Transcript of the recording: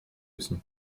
aussi